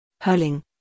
hurling